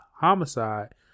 homicide